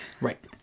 Right